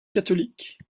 catholiques